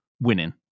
winning